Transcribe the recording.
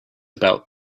about